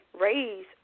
raise